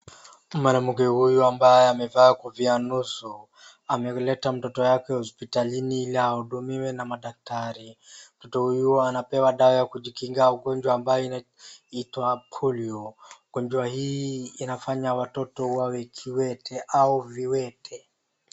Mwanamke huyu ambaye amevaa kofia nusu ameleta mtoto wake hospitalini ili ahudumiwe na madaktari. Mtoto huyu anapewa dawa ya kujikinga ugonjwa ambao unaitwa polio. Ugonjwa huu unafanya watoto wawe kiwete au viwete.